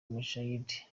mushayidi